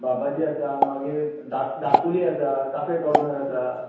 बाबाजी आसा मागीर धा धाकूली आसा कॉफे कॉर्नर आसा